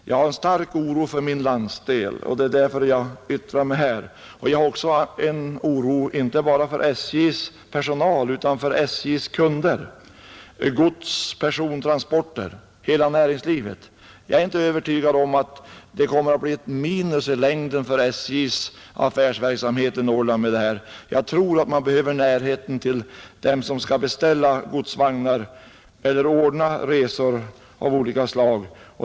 Jag känner stark oro för min landsdel, och jag känner oro inte bara för SJ:s personal utan också för SJ:s kunder, godstransporterna och hela näringslivet. Jag är inte övertygad om att den nuvarande organisationen i längden kommer att bli ett minus för SJ:s affärsverksamhet i Norrland. Jag tror att man behöver närhet till dem som skall beställa godsvagnar eller ordna resor av olika slag.